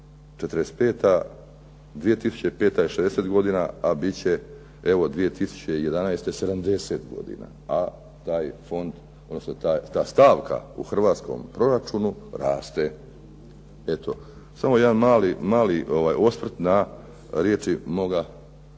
45.-2005. je 60 godina a bit će evo 2011. 70 godina a taj fond odnosno ta stavka u hrvatskom proračunu raste. Eto, samo jedan mali osvrt na riječi moga kolege